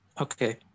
okay